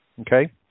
Okay